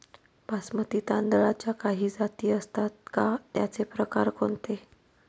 बासमती तांदळाच्या काही जाती असतात का, त्याचे प्रकार कोणते?